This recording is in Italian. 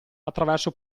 attraverso